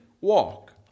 walk